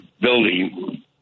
building